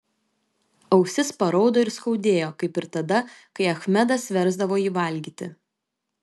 ausis paraudo ir skaudėjo kaip ir tada kai achmedas versdavo jį valgyti